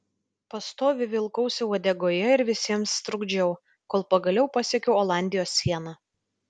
pastoviai vilkausi uodegoje ir visiems trukdžiau kol pagaliau pasiekiau olandijos sieną